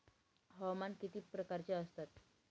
हवामान किती प्रकारचे असतात?